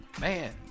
man